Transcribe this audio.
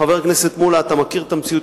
חבר הכנסת מולה, אתה מכיר את המציאות.